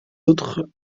autres